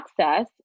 access